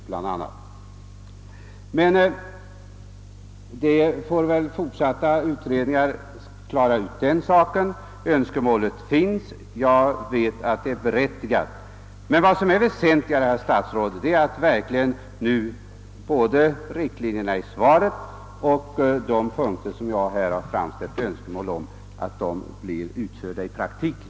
Den saken får dock kommande utredningar klara ut. Önskemålen finns, och jag vet att de är berättigade. Men det väsentliga är, herr statsråd, att både riktlinjerna i svaret och önskemålen i de punkter jag angivit blir förverkligade i praktiken.